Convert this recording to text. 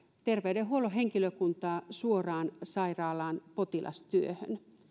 terveydenhuollon henkilökuntaa suoraan sairaalaan potilastyöhön